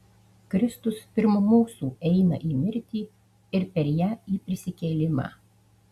kristus pirm mūsų eina į mirtį ir per ją į prisikėlimą